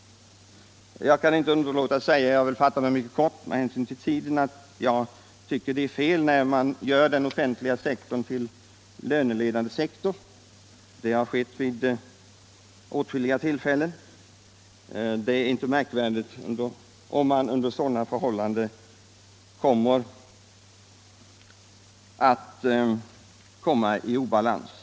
Och jag kan inte underlåta att säga att jag tycker det är fel när man gör den offentliga sektorn till löneledande. Det har skett vid åtskilliga tillfällen, och det är inte förvånande att vi då råkar i obalans.